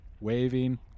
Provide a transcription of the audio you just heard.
waving